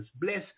Bless